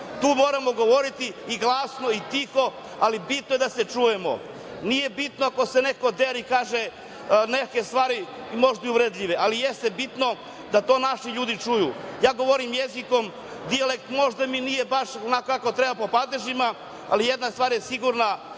Tu moramo govoriti i glasno i tiho, ali bitno je da se čujemo. Nije bitno ako se neko dere i kaže neke stvari, možda i uvredljive, ali jeste bitno da to naši ljudi čuju. Ja govorim jezikom, dijalekt možda mi nije baš kako treba po padežima, ali jedna stvar jeste sigurna,